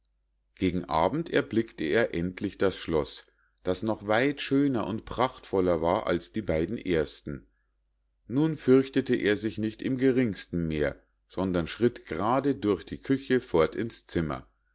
gegen abend erblickte er endlich das schloß das noch weit schöner und prachtvoller war als die beiden ersten nun fürchtete er sich nicht im geringsten mehr sondern schritt grade durch die küche fort ins zimmer